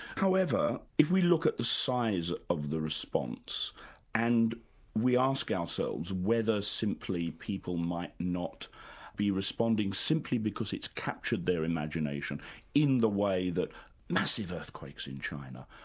however, if we look at the size of the response and we ask ourselves whether simply people might not be responding simply because it's captured their imagination in the way the massive earthquakes in china,